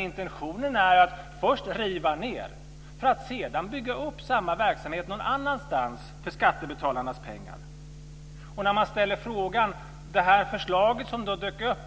Intentionen är att först riva ned och sedan bygga upp samma verksamhet någon annanstans för skattebetalarnas pengar. När man ställer frågan vad det här förslaget som dök upp